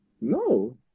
No